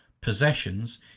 possessions